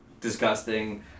disgusting